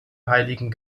heiligen